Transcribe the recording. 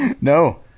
No